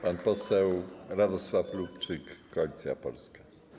Pan poseł Radosław Lubczyk, Koalicja Polska.